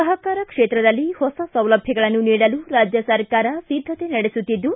ಸಹಕಾರ ಕ್ಷೇತ್ರದಲ್ಲಿ ಹೊಸ ಸೌಲಭ್ಯಗಳನ್ನು ನೀಡಲು ರಾಜ್ಯ ಸರ್ಕಾರ ಸಿದ್ಧತೆ ನಡೆಸುತ್ತಿದ್ದು